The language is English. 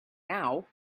now